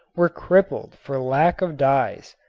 were crippled for lack of dyes.